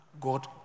God